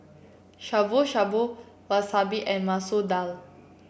Shabu Shabu Wasabi and Masoor Dal